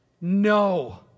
no